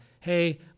hey